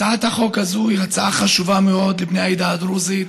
הצעת החוק הזאת היא הצעה חשובה מאוד לבני העדה הדרוזית.